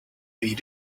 read